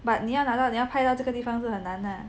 but 你要拿到你要拍到这个地方是很难啦